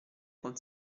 con